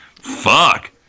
Fuck